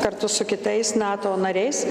kartu su kitais nato nariais